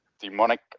demonic